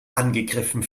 angegriffen